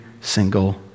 single